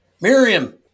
Miriam